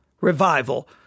revival